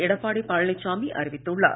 எடப்பாடி பழனிசாமி அறிவித்துள்ளார்